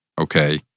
Okay